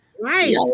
Right